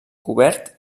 cobert